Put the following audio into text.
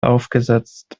aufgesetzt